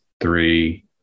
three